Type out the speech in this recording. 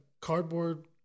cardboard